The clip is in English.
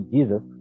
Jesus